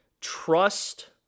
trust